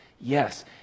Yes